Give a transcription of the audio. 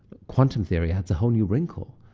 quantum theory adds a whole new wrinkle.